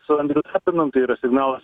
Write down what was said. su andrium tapinu tai yra signalas